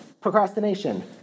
procrastination